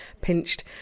pinched